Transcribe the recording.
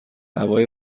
هوای